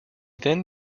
then